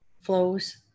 flows